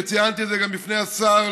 וציינתי את זה גם בפני השר,